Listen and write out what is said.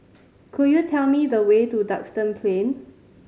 could you tell me the way to Duxton Plain